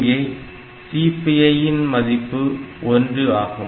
இங்கே CPI இன் மதிப்பு 1 ஆகும்